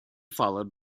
followed